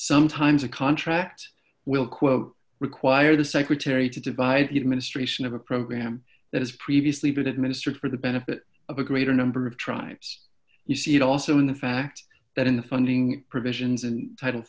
sometimes a contract will quote require the secretary to divide the ministry of a program that has previously been administered for the benefit of a greater number of tribes you see it also in the fact that in funding provisions and i didn't